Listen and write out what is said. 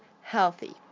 healthy